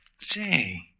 Say